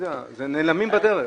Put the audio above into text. נעלמים בדרך.